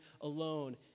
alone